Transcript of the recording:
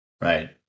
Right